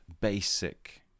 basic